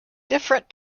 different